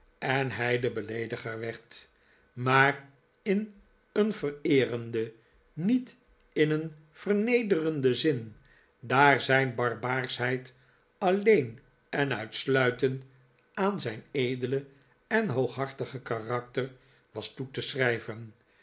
en hij de beleediger werd maar in een vereerenden niet in een vernederenden zin daar zijn barbaarschheid alleen en uitsluitend aan zijn edele en hooghartige karakter was toe te schrijven